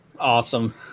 Awesome